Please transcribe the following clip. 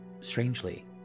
Strangely